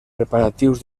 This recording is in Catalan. preparatius